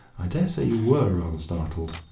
i dare say you were rather startled.